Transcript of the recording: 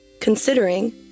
Considering